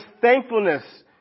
thankfulness